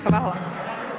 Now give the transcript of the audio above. Hvala.